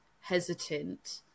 hesitant